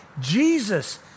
Jesus